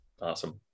awesome